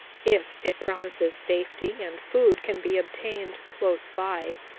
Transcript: if it promises safety and food can be obtained close by.